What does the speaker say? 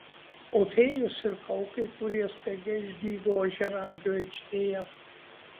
o fėjos ir kaukai kurie staiga išdygo ožiaragio aikštėje